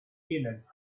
village